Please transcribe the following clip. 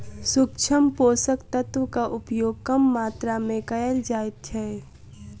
सूक्ष्म पोषक तत्वक उपयोग कम मात्रा मे कयल जाइत छै